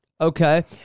Okay